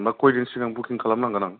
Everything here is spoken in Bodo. होमबा कइ दिन सिगाङाव बुकिं खालामनांगोन आं